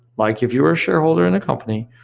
like if you were a shareholder in a company,